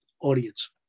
audience